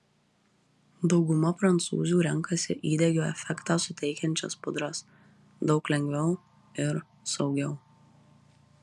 dauguma prancūzių renkasi įdegio efektą suteikiančias pudras daug lengviau ir saugiau